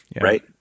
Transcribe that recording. Right